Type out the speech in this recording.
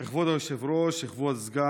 9. כבוד היושב-ראש, כבוד סגן